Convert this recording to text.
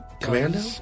Commando